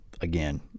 again